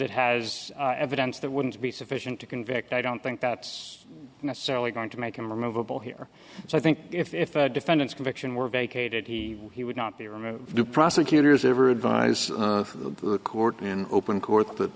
it has evidence that wouldn't be sufficient to convict i don't think that's necessarily going to make him removable here so i think if the defendant's conviction were vacated he he would not be removed do prosecutors ever advise the court in open court that